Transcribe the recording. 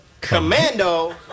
commando